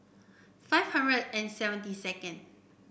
five hundred and seventy second